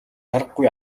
аргагүй